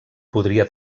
podria